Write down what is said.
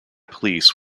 police